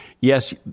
yes